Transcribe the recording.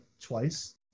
twice